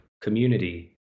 community